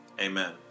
amen